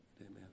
Amen